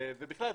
ובכלל,